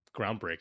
groundbreaking